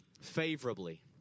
favorably